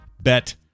Bet